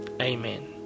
Amen